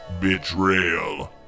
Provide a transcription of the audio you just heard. Betrayal